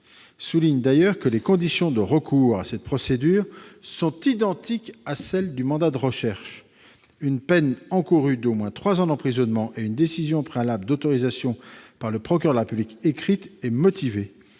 souligne d'ailleurs que les conditions de recours à cette procédure sont identiques à celles du mandat de recherche : une peine encourue d'au moins trois ans d'emprisonnement et une décision préalable d'autorisation par le procureur de la République écrite et motivée.